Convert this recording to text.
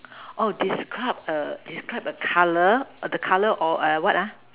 orh describe a describe a colour the colour of a what ah